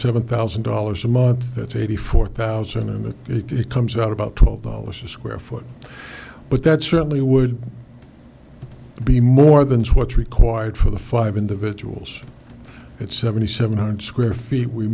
seven thousand dollars a month that's eighty four thousand and it comes out about twelve dollars a square foot but that certainly would to be more than what's required for the five individuals it's seventy seven hundred square feet we